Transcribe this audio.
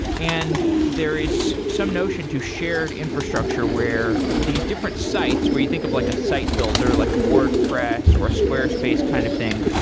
and there is some notion to shared infrastructure where these different sites, where you think of like a site builder, like a wordpress or a squarespace kind of thing.